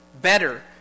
better